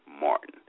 Martin